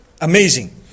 amazing